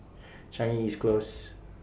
Changi East Close